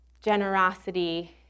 generosity